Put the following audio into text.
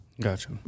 Gotcha